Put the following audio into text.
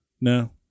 No